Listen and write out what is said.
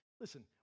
Listen